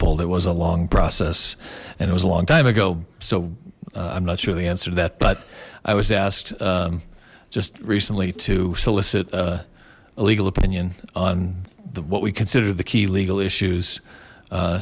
bulled it was a long process and it was a long time ago so i'm not sure the answer to that but i was asked just recently to solicit a legal opinion on the what we consider the key legal issues